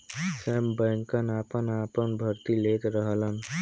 सब बैंकन आपन आपन भर्ती लेत रहलन